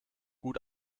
gut